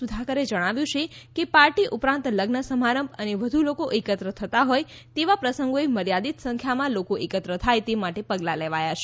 સુધાકરે જણાવ્યું છે કે પાર્ટી ઉપરાંત લગ્ન સમારંભ અને વધુ લોકો એકત્ર થતાં હોય તેવા પ્રસંગોએ મર્યાદિત સંખ્યામાં લોકો એકત્ર થાય તે માટે પગલાં લેવાયા છે